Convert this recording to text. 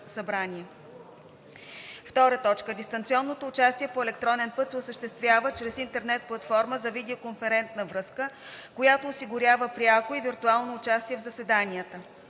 събрание. 2. Дистанционното участие по електронен път се осъществява чрез интернет платформа за видеоконферентна връзка, която осигурява пряко и виртуално участие в заседанията.